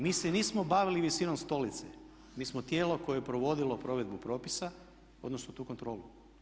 Mi se nismo bavili visinom stolice, mi smo tijelo koje je provodilo provedbu propisa, odnosno tu kontrolu.